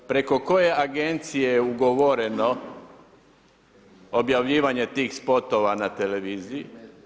Preko koje agencije je ugovoreno objavljivanje tih spotova na televiziji?